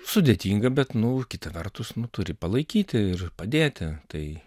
sudėtinga bet nu kita vertus nu turi palaikyti ir padėti tai